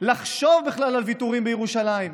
לחשוב בכלל על ויתורים בירושלים?